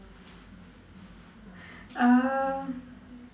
uh